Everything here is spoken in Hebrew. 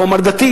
לא אומר דתי,